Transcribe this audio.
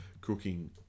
cooking